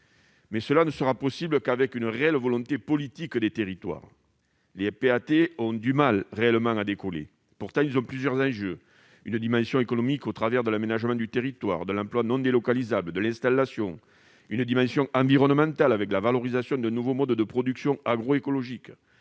ce ne sera possible qu'avec une réelle volonté politique des territoires. Les PAT ont du mal à décoller. Pourtant, leurs enjeux sont nombreux : d'ordre économique, au travers de l'aménagement du territoire, de l'emploi non délocalisable, de l'installation ; d'ordre environnemental, avec la valorisation de nouveaux modes de production agroécologique